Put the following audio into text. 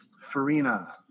Farina